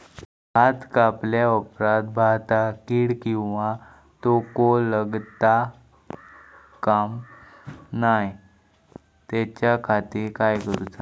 भात कापल्या ऑप्रात भाताक कीड किंवा तोको लगता काम नाय त्याच्या खाती काय करुचा?